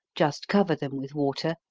just cover them with water,